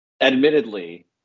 Admittedly